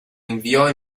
inviò